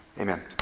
Amen